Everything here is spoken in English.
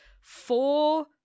four